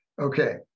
okay